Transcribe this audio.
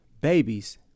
babies